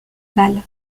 balle